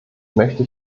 möchte